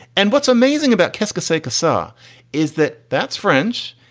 and what's amazing about kaskaskia sa is that that's french.